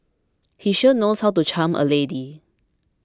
he sure knows how to charm a lady